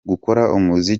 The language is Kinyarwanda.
nk’uwabigize